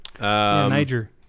niger